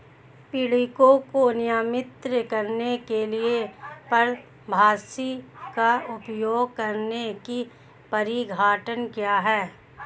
पीड़कों को नियंत्रित करने के लिए परभक्षी का उपयोग करने की परिघटना क्या है?